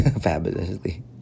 fabulously